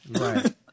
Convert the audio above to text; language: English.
Right